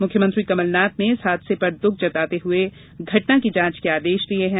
मुख्यमंत्री कमलनाथ ने इस हादसे पर दःख जताते हए उन्होंने घटना की जांच के आदेश दिये हैं